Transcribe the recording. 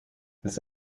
this